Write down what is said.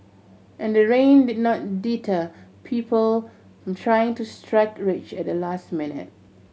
and the rain did not deter people from trying to strike rich at the last minute